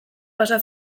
pasa